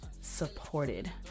supported